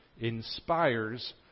inspires